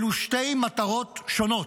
אלו שתי מטרות שונות.